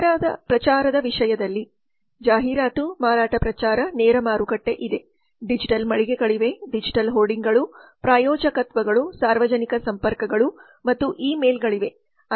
ನಂತರ ಪ್ರಚಾರದ ವಿಷಯದಲ್ಲಿ ಜಾಹೀರಾತು ಮಾರಾಟ ಪ್ರಚಾರ ನೇರ ಮಾರುಕಟ್ಟೆ ಇದೆ ಡಿಜಿಟಲ್ ಮಳಿಗೆಗಳಿವೆ ಡಿಜಿಟಲ್ ಹೋರ್ಡಿಂಗ್digital hoardingsಗಳು ಪ್ರಾಯೋಜಕತ್ವಗಳು ಸಾರ್ವಜನಿಕ ಸಂಪರ್ಕಗಳು ಮತ್ತು ಇ ಮೇಲ್ಗಳಿವೆ